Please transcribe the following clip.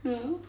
ya